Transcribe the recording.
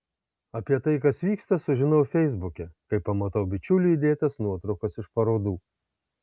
apie tai kas vyksta sužinau feisbuke kai pamatau bičiulių įdėtas nuotraukas iš parodų